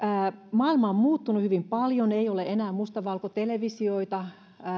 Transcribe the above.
maailma on muuttunut hyvin paljon ei ole enää mustavalkotelevisioita